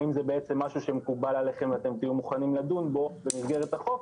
האם זה בעצם משהו שמקובל עליכם ואתם תהיו מוכנים לדון בו במסגרת החוק,